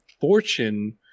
fortune